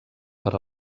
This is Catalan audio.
per